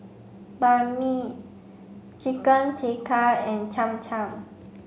Banh Mi Chicken Tikka and Cham Cham